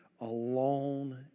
alone